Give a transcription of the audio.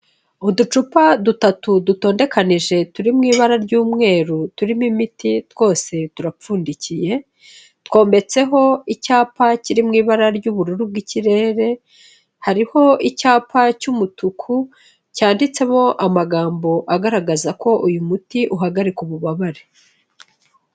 Uducupa dutatu dutondekanije turi mu ibara ry'umweru turimo imiti twose turapfundikiye, twometseho icyapa kiri mu ibara ry'ubururu bw'ikirere, hariho icyapa cy'umutuku cyanditsemo amagambo agaragaza ko uyu muti uhagarika ububabare.